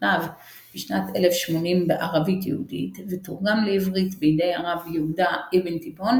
נכתב בשנת 1080 בערבית יהודית ותורגם לעברית בידי רבי יהודה אבן תיבון